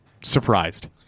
surprised